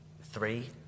three